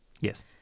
Yes